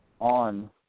on